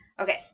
okay